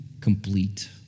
complete